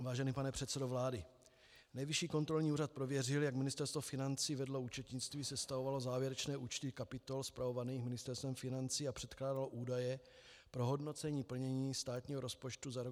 Vážený pane předsedo vlády, NKÚ prověřil jak Ministerstvo financí vedlo účetnictví, sestavovalo závěrečné účty kapitol spravovaných Ministerstvem financí a předkládalo údaje pro hodnocení plnění státního rozpočtu za rok 2015.